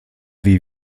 wie